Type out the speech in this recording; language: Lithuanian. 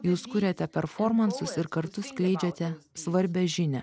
jūs kuriate performansus ir kartu skleidžiate svarbią žinią